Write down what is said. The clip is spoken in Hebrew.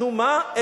נו, מה.